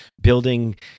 building